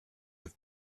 have